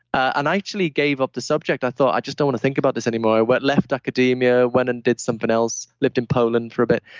and i actually gave up the subject. i thought, i just don't want to think about this anymore. i went left academia, went and did something else, lived in poland for a bit.